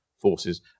forces